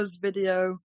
video